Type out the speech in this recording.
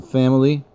family